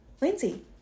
Lindsay